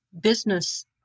business